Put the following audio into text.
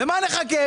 למה נחכה?